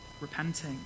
repenting